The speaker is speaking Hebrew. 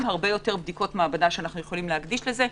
הרבה יותר בדיקות מעבדה שאנחנו יכולים להקדיש לזה,